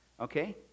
Okay